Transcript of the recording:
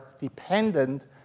dependent